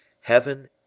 Heaven